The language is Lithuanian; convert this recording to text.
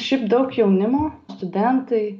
šiaip daug jaunimo studentai